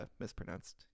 mispronounced